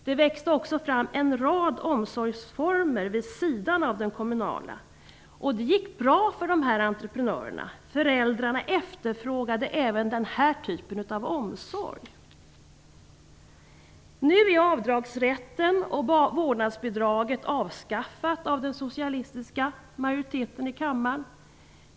Det växte också fram en rad omsorgsformer vid sidan av den kommunala omsorgen. Det gick bra för entreprenörerna. Föräldrar efterfrågade även den här typen av omsorg. Nu är avdragsrätten och vårdnadsbidraget avskaffat av den socialistiska majoriteten i kammaren.